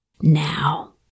now